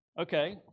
Okay